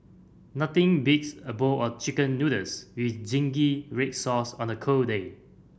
nothing beats a bowl of Chicken Noodles with zingy red sauce on a cold day